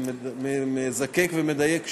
אני מזקק ומדייק שוב: